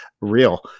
real